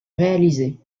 réalisé